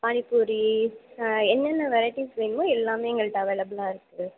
பானிப்பூரி என்னென்ன வெரைட்டிஸ் வேணுமோ எல்லாமே எங்கள்கிட்ட அவைலபுளாக இருக்குது